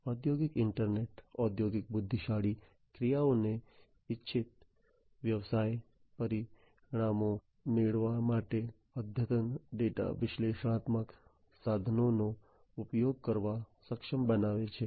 ઔદ્યોગિક ઇન્ટરનેટ ઔદ્યોગિક બુદ્ધિશાળી ક્રિયાઓને ઇચ્છિત વ્યવસાય પરિણામો મેળવવા માટે અદ્યતન ડેટા વિશ્લેષણાત્મક સાધનોનો ઉપયોગ કરવા સક્ષમ બનાવે છે